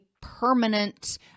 permanent